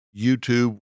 YouTube